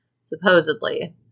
Supposedly